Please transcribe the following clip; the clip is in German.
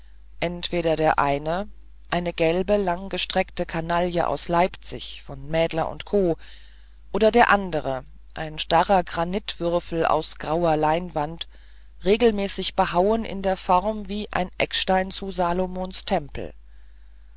entweder der eine eine gelbe langgestreckte kanaille aus leipzig von mädler co oder der andere ein starrer granitwürfel aufs grauer leinwand regelmäßig behauen in der form wie ein eckstein zu salomons tempel